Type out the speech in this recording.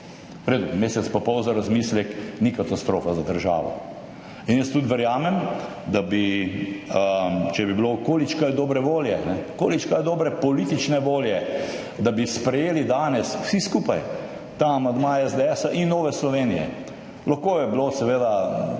redu, mesec pa pol za razmislek ni katastrofa za državo in jaz tudi verjamem, da bi, če bi bilo količkaj dobre volje, količkaj dobre politične volje, da bi sprejeli danes, vsi skupaj, ta amandma SDS in Nove Slovenije. Lahko je bilo, seveda,